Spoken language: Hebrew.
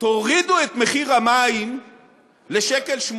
תורידו את מחיר המים ל-1.80 שקל,